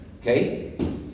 Okay